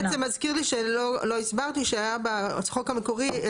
וזה בעצם מזכיר לי שלא הסברתי שהיה בחוק המקורי את